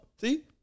See